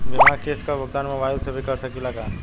बीमा के किस्त क भुगतान मोबाइल से भी कर सकी ला?